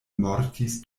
mortis